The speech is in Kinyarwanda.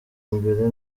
imbere